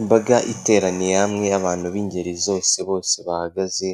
Imbaga iteraniye hamwe abantu b'ingeri zose bose bahagaze